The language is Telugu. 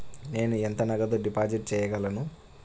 నేను ఎంత నగదు డిపాజిట్ చేయగలను?